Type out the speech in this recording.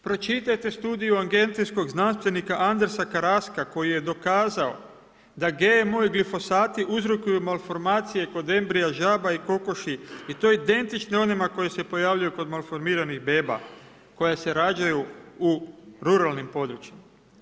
Pročitajte studiju … znanstvenika Andresa Karaska, koji je dokazao, da GMO i glifosati uzrokuju malformacije kod embrija žaba i kokoši i to identični onima koji se pojavljuju kod malformiranih beba, koja se rađaju u ruralnim područjima.